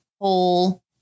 whole